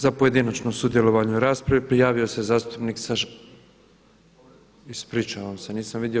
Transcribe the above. Za pojedinačno sudjelovanje u raspravi prijavio se zastupnik, ispričavam se nisam vidio.